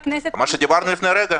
שדיברנו לפני רגע.